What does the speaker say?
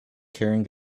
carrying